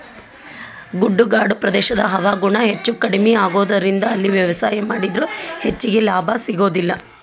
ಗುಡ್ಡಗಾಡು ಪ್ರದೇಶದ ಹವಾಗುಣ ಹೆಚ್ಚುಕಡಿಮಿ ಆಗೋದರಿಂದ ಅಲ್ಲಿ ವ್ಯವಸಾಯ ಮಾಡಿದ್ರು ಹೆಚ್ಚಗಿ ಲಾಭ ಸಿಗೋದಿಲ್ಲ